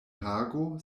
hago